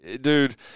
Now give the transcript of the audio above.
Dude